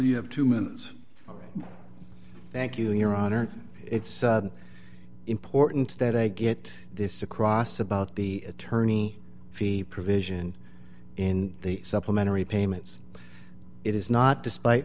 you have two minutes ok thank you your honor it's important that i get this across about the attorney fees provision in the supplementary payments it is not despite